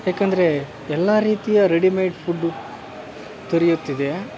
ಯಾಕಂದರೆ ಎಲ್ಲ ರೀತಿಯ ರೆಡಿಮೇಡ್ ಫುಡ್ಡು ದೊರೆಯುತ್ತಿದೆ